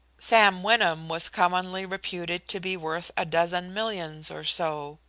sam wyndham was commonly reputed to be worth a dozen millions or so.